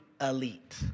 elite